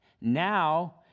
Now